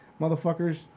motherfuckers